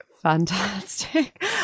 Fantastic